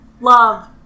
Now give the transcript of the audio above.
Love